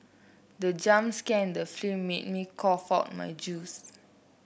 the jump scare in the film made me cough out my juice